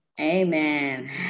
Amen